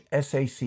SAC